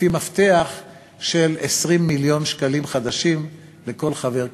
לפי מפתח של 20 מיליון שקלים חדשים לכל חבר כנסת.